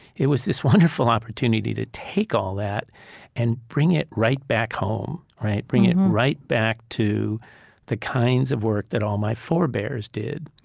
it was this wonderful opportunity to take all that and bring it right back home, right? bring it right back to the kinds of work that all my forebears did,